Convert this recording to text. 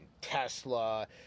Tesla